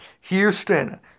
Houston